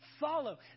Follow